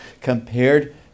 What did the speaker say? compared